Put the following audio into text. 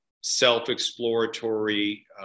self-exploratory